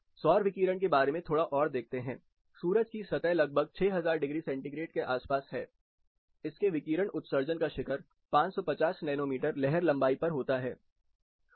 सौर विकिरण के बारे में थोड़ा और देखते हैं सूरज की सतह लगभग 6000 डिग्री सेंटीग्रेड के आसपास है इसके विकिरण उत्सर्जन का शिखर 550 नैनोमीटर लहर लंबाई पर होता है